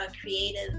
creative